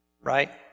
right